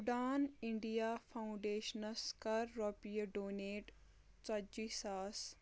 Udaan India foundations کَر رۄپیہِ donate ژَتجی ساس